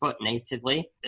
natively